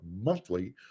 monthly